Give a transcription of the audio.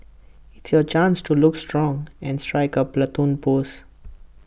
it's your chance to look strong and strike A Platoon pose